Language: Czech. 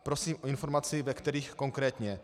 Prosím o informaci, ve kterých konkrétně.